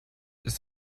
ist